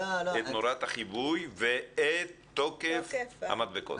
את נורת החיווי ואת תוקף המדבקות.